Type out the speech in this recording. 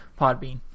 Podbean